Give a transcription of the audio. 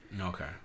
Okay